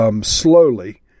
slowly